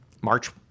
March